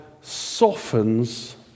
softens